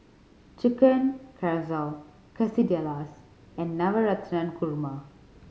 Chicken Casserole Quesadillas and Navratan Korma